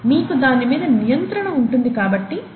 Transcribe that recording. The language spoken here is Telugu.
మీకు దాని మీద నియంత్రణ ఉంది కాబట్టి మీరు చేయగలరు